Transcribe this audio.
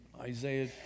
Isaiah